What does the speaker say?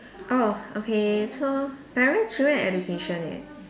oh okay so parents children and education leh